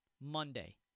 Monday